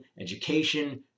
education